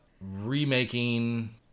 remaking